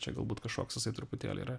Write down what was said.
čia galbūt kažkoks jisai truputėlį yra